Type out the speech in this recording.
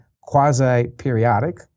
quasi-periodic